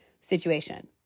situation